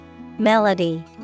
Melody